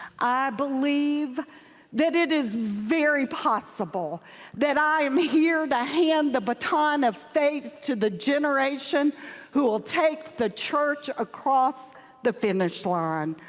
believe that it is very possible that i am here to hand the baton of faith to the generation who will take the church across the finish line.